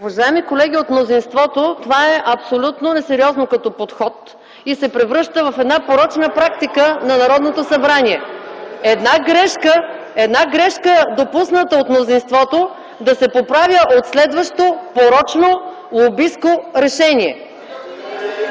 Уважаеми колеги от мнозинството, това е абсолютно несериозно като подход и се превръща в една порочна практика на Народното събрание (оживление и шум от ГЕРБ) - една грешка, допусната от мнозинството, да се поправя от следващо порочно, лобистко решение.